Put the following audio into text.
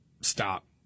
stop